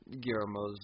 Guillermo's